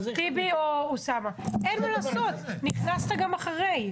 אין מה לעשות, נכנסת אחרי.